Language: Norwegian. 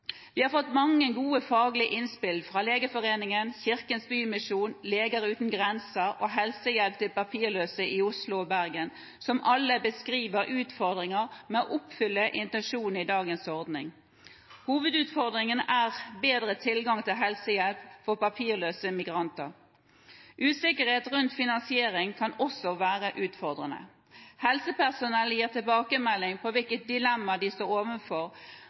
Vi har fått mange gode faglige innspill fra Legeforeningen, Kirkens Bymisjon, Leger Uten Grenser og Helsehjelp til papirløse i Oslo og Bergen, som alle beskriver utfordringer med å oppfylle intensjonen i dagens ordning. Hovedutfordringen er bedre tilgang til helsehjelp for papirløse migranter. Usikkerhet rundt finansiering kan også være utfordrende. Helsepersonell gir tilbakemelding om hvilket dilemma de står